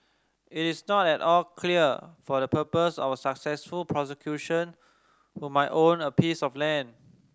it is not at all clear for the purpose of a successful prosecution who might own a piece of land